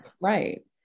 right